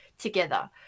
together